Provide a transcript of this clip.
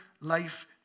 life